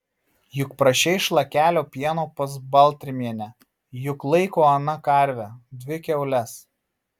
juk prašei šlakelio pieno pas baltrimienę juk laiko ana karvę dvi kiaules